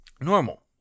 normal